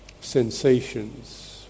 Sensations